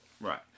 Right